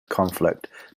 conflict